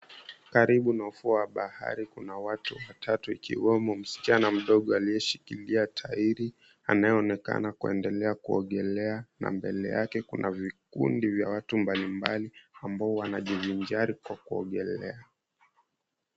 Karibu na ufuo wa bahari kuna watu watatu ikiwemo msichana mdogo aliyeshikilia tairi anayeonekana kuendelea kuogelea na mbele yake kuna vikundi vya watu mbalimbali ambao wanajivinjari kwa kuogelea.